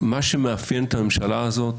מה שמאפיין את הממשלה הזאת,